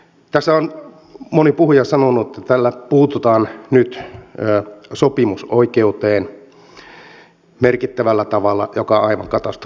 tässä on moni puhuja sanonut että tällä puututaan nyt sopimusoikeuteen merkittävällä tavalla mikä on aivan katastrofaalista